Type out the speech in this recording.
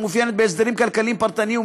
המתאפיינת בהסדרים כלכליים פרטניים,